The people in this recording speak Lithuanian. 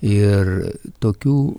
ir tokių